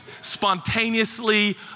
spontaneously